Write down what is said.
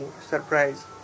surprise